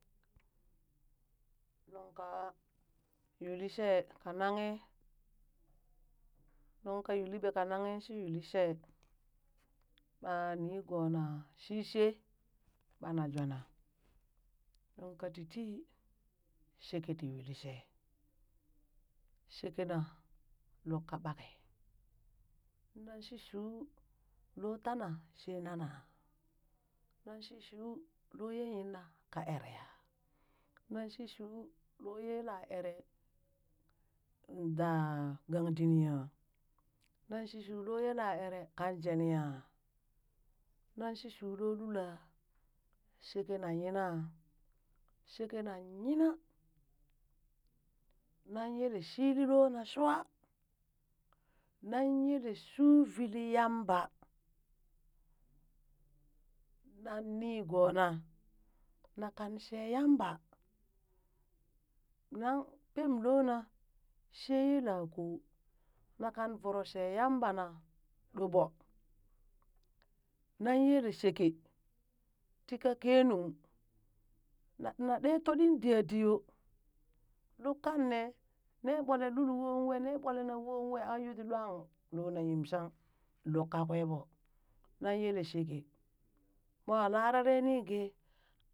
Nuŋ ka yuulishee ka nanghe, nuŋ ka yuuliɓee ka nanghe shi yuulishee ɓa nigoona shishee ɓana jwana, nuŋ ka titi shekee tii yulishee, shekena lukka ɓake nan shi shuu loo tana shee nana? nan shishu loo ye yinna kaa ere ya, nan shi shuu loo yela eree daa gang dinii aa, nan shi loo yela eree ka jeniaa, nan shi shuu loo lula, shekena yi na? sheke na nyina? sheke nan nyina, nan yele shi li loo na shwaa, nan yele shuvelii yamba, nan nigoo na, nan kan shee yamba, nan pem loona shee yela koo na kan voro shee yamba na, ɗo ɓo, nan yele sheke tii ka kenung na na ɗee toɗi diya di yoo, luk kanne ne ɓole lul woon wee ne ɓole na woon we, aa yuu ti lwan loo na yim shang, lukka kwee ɓoo nan yele sheke, mwa rarare ni gee.